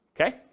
okay